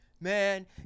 man